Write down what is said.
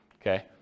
Okay